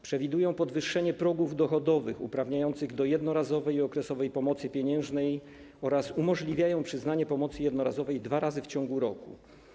Przewidują podwyższenie progów dochodowych uprawniających do jednorazowej i okresowej pomocy pieniężnej oraz umożliwiają przyznanie pomocy jednorazowej dwa razy w ciągu roku.